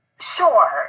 Sure